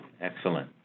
excellent